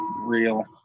real